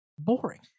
boring